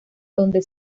donde